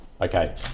okay